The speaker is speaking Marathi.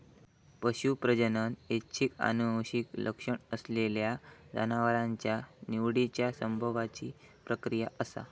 पशू प्रजनन ऐच्छिक आनुवंशिक लक्षण असलेल्या जनावरांच्या निवडिच्या संभोगाची प्रक्रिया असा